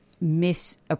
mis-